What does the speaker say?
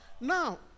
now